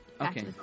okay